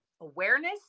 Awareness